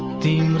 d